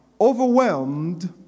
overwhelmed